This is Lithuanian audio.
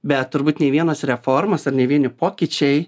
bet turbūt nei vienos reformos ar nei vieni pokyčiai